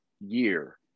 year